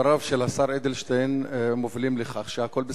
דבריו של השר אדלשטיין מובילים לכך שהכול בסדר,